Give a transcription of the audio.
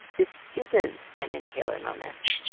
this isn't an inhaler moment.